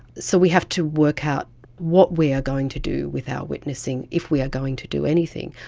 so we have to work out what we are going to do with our witnessing, if we are going to do anything.